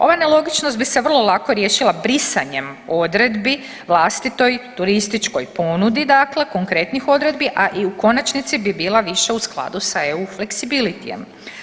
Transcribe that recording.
Ova nelogičnost bi se vrlo lako riješila brisanjem odredbi vlastitoj turističkoj ponudi konkretnih odredbi, a i u konačnici bi bila više u skladu sa eu fleksibilitijem.